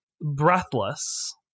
breathless